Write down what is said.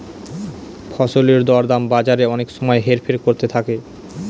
ফসলের দর দাম বাজারে অনেক সময় হেরফের করতে থাকে